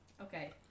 Okay